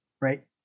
Right